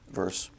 verse